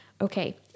okay